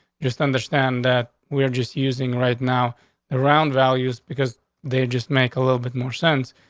just understand that we're just using right now around values because they just make a little bit more sense.